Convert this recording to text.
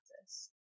practice